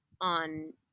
on